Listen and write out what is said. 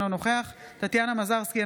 אינו נוכח טטיאנה מזרסקי,